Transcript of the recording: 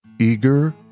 Eager